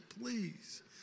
please